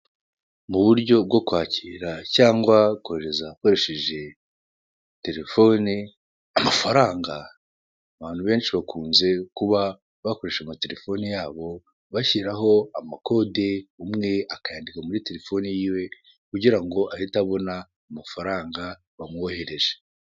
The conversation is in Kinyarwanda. Muburyo bwo kwakira cyangwa kwohereza ukoresheje terefone amafaranga abantu benshi bakunze kuba bakoresha amaterefone yabo bashyiraho amakode umwe akayandika muri terefone yiwe kugirango ahite abona amafaranga bamwohereje.